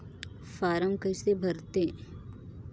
Form कइसे भरते?